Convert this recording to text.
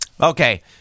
okay